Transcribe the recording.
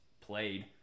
played